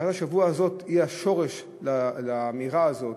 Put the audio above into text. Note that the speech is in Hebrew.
פרשת השבוע הזאת היא שורש האמירה הזאת,